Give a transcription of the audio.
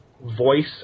voice